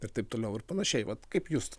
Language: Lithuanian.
ir taip toliau ir panašiai vat kaip jūs